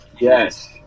yes